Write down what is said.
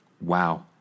Wow